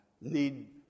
need